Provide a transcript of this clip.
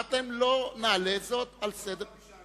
אמרתי להם שלא נעלה זאת על סדר-היום.